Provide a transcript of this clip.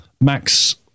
Max